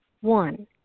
One